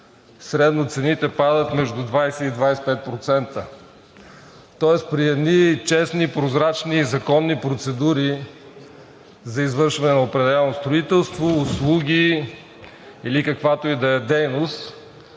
средно цените падат между 20 и 25%, тоест при едни честни, прозрачни и законни процедури за извършване на определено строителство, услуги или каквато и да е дейност